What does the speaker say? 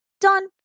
done